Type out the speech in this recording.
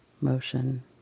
motion